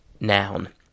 noun